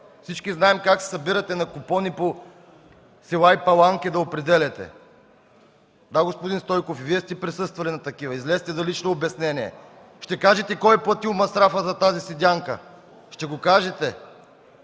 Всички знаем как се събирате на купони по села и паланки, за да определяте. (Шум и реплики от КБ.) Да, господин Стойков, и Вие сте присъствал на такива. Излезте за лично обяснение! Ще кажете кой е платил масрафа за тази седянка. (Реплика от